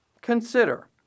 Consider